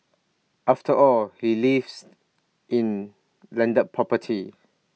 after all he lives in landed property